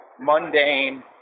mundane